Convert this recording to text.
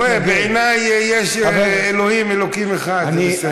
תראה, בעיניי יש אלוהים, אלוקים אחד, זה בסדר.